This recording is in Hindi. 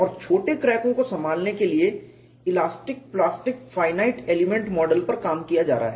और छोटे क्रैकों को संभालने के लिए elastic plastic finite element model पर काम किया जा रहा है